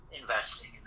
investing